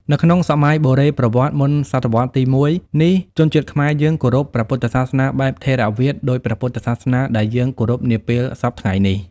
នៅក្នុងសម័យបុរេប្រវត្តិសាស្ត្រ មុនសតវត្សទី ១ នេះជនជាតិខ្មែរយើងគោរពព្រះពុទ្ធសាសនាបែបថេរវាទដូចពុទ្ធសាសនាដែលយើងគោរពនាពេលសព្វថ្ងៃនេះ ។